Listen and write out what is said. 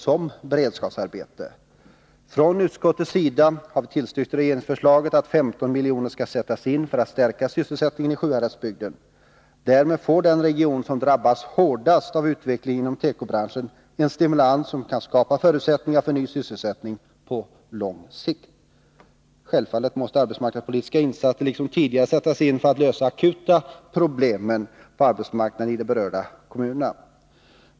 Från utskottsmajoritetens sida har vi tillstyrkt regeringsförslaget att 15 milj.kr. skall sättas in för att stärka sysselsättningen i Sjuhäradsbygden. Därmed får den region som drabbas hårdast av utvecklingen inom tekobranschen en stimulans, som kan skapa förutsättningar för ny sysselsättning på lång sikt. Självfallet måste arbetsmarknadspolitiska insatser liksom tidigare sättas in för att lösa de akuta problemen på arbetsmarknaden i de berörda kommunerna.